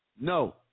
no